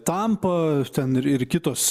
tampa ten ir ir kitos